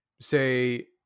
say